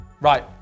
right